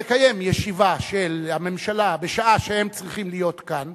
אבל לקיים ישיבה של הממשלה בשעה שהם צריכים להיות כאן